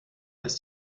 ist